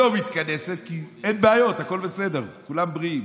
לא מתכנס, כי אין בעיות, הכול בסדר, כולם בריאים.